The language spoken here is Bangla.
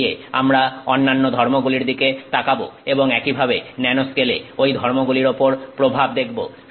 সামনে গিয়ে আমরা অন্যান্য ধর্মগুলির দিকে তাকাবো এবং একইভাবে ন্যানো স্কেলে ঐ ধর্মগুলির উপর প্রভাব দেখব